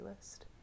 list